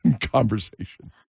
conversation